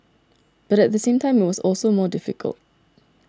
but at the same time it was also more difficult